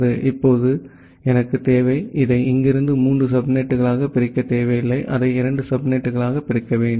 எனவே இப்போது எனக்குத் தேவை இதை இங்கிருந்து மூன்று சப்நெட்டுகளாகப் பிரிக்கத் தேவையில்லை அதை இரண்டு சப்நெட்டுகளாகப் பிரிக்க வேண்டும்